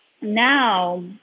now